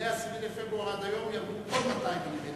ומה-10 בפברואר עד היום ירדו עוד 200 מ"מ,